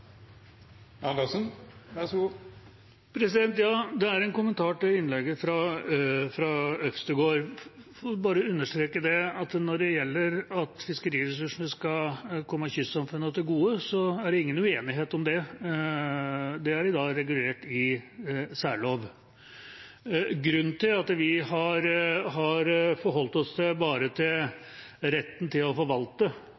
en kommentar til innlegget fra Øvstegård. Jeg vil bare understreke at når det gjelder det at fiskeriressursene skal komme kystsamfunnene til gode, så er det ingen uenighet om det. Det er i dag regulert i særlov. Grunnen til at vi har forholdt oss bare til